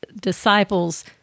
disciples